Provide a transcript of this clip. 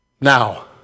Now